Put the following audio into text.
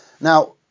Now